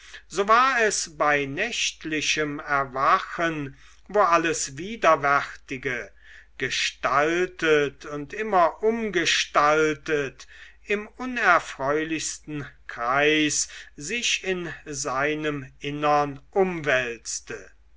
so war es bei nächtlichem erwachen wo alles widerwärtige gestaltet und immer umgestaltet im unerfreulichsten kreis sich in seinem innern umwälzte